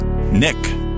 nick